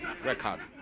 Record